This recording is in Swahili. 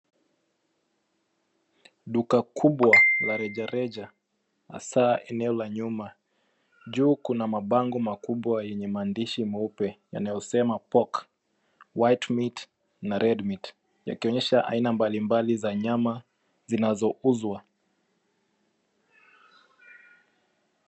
Duka kubwa la rejereja hasa eneo la nyuma. Juu kuna mabango makubwa yenye maandishi meupe yanayosema pork, white meat na red meat yakionyesha aina mbalimbali za nyama zinazouzwa.